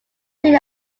soon